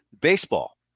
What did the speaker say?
Baseball